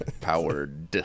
powered